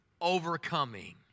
overcoming